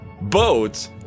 boats